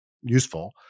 useful